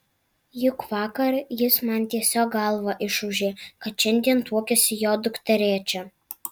juk vakar jis man tiesiog galvą išūžė kad šiandien tuokiasi jo dukterėčia